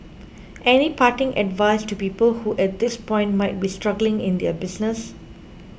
any parting advice to people who at this point might be struggling in their business